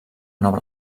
nova